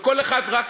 וכל אחד רק,